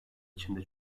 içinde